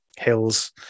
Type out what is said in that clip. hills